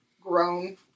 grown